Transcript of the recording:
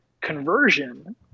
conversion